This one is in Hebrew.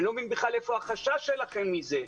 אני לא מבין בכלל איפה החשש שלכם מזה,